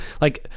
like-